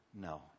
No